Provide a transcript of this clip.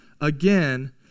again